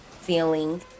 feeling